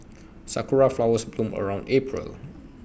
Sakura Flowers bloom around April